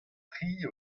tri